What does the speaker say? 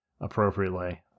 appropriately